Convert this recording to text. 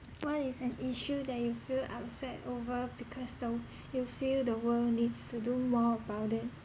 what is an issue that you feel upset over because though you feel the world needs to do more about it